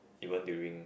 even during